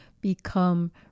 become